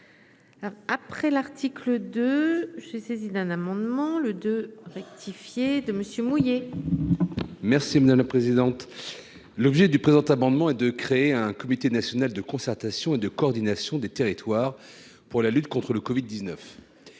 après l'article 2 je suis saisi d'un amendement le de rectifier de Monsieur mouillé. Merci madame la présidente, l'objet du présent amendement et de créer un comité national de concertation et de coordination des territoires pour la lutte contre le Covid 19,